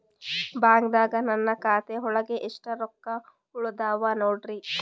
ಬ್ಯಾಂಕ್ದಾಗ ನನ್ ಖಾತೆ ಒಳಗೆ ಎಷ್ಟ್ ರೊಕ್ಕ ಉಳದಾವ ನೋಡ್ರಿ?